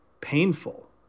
painful